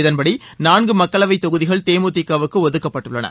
இதன்படி நான்கு மக்களவை தொகுதிகள் தேமுதிகவுக்கு ஒதுக்கப்பட்டுள்ளன